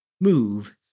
move